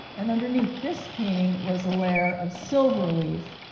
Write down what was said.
and underneath this painting, was a layer of silver leaf.